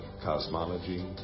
Cosmology